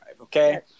Okay